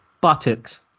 buttocks